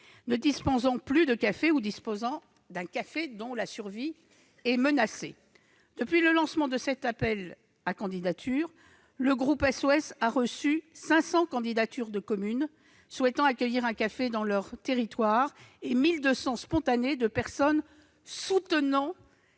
ne disposent plus de cafés ou dont le café subsistant voit sa survie menacée. Depuis le lancement de cet appel à candidatures, le groupe SOS a reçu 500 candidatures de communes souhaitant accueillir un café sur leur territoire et 1 200 candidatures spontanées de personnes souhaitant